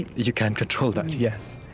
you can't control that, yes